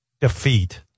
defeat